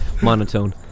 monotone